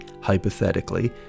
hypothetically